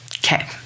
Okay